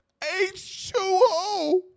H2O